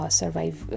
survive